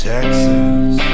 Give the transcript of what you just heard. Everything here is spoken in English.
Texas